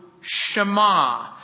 Shema